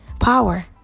Power